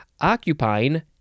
occupying